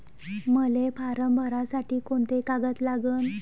मले फारम भरासाठी कोंते कागद लागन?